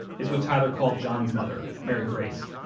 is what tyler called john's mother, mary grace.